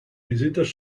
visitas